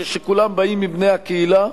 שכולם מבני הקהילה.